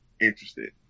interested